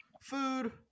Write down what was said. food